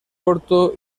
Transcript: corto